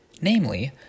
Namely